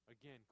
Again